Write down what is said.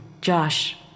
Josh